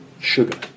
sugar